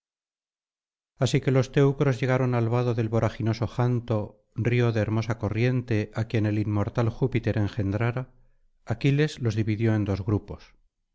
así que los teucros llegaron al vado del voraginoso janto río de hermosa corriente á quien el inmortal júpiter engendrara aquiles los dividió en dos grupos